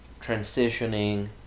transitioning